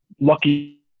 lucky